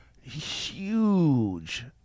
huge